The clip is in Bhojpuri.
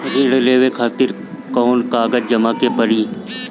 ऋण लेवे खातिर कौन कागज जमा करे के पड़ी?